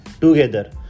together